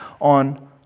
on